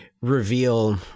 reveal